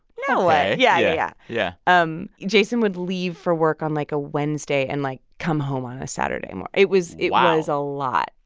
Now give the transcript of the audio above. no way. yeah. yeah. yeah um jason would leave for work on, like, a wednesday and, like, come home on a saturday wow it was it was a lot,